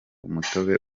umutobe